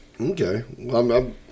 Okay